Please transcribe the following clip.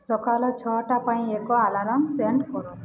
ସକାଳ ଛଅଟା ପାଇଁ ଏକ ଆଲାର୍ମ ସେଟ୍ କର